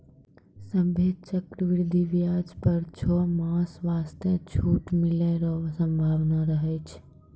सभ्भे चक्रवृद्धि व्याज पर छौ मास वास्ते छूट मिलै रो सम्भावना रहै छै